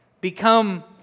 become